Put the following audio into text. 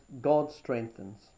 God-strengthens